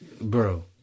Bro